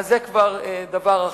זה כבר דבר אחר.